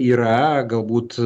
yra galbūt